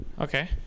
okay